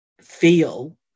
feel